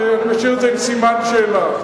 נשאיר את זה עם סימן שאלה.